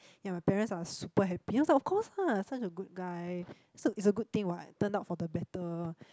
ya my parents are super happy then I was like of course ah such a good guy is a is a good thing what turn out for the better